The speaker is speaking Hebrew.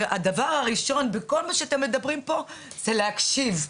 הדבר הראשון בכל מה שאתם מדברים פה זה להקשיב,